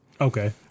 Okay